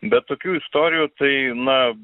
be tokių istorijų tai na